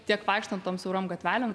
tiek vaikštant tom siaurom gatvelėm